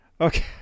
Okay